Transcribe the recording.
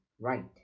Right